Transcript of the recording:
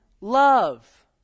love